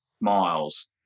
miles